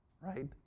Right